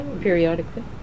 periodically